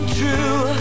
true